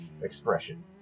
expression